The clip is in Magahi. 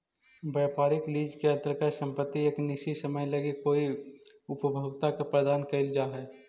व्यापारिक लीज के अंतर्गत संपत्ति एक निश्चित समय लगी कोई उपभोक्ता के प्रदान कईल जा हई